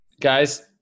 Guys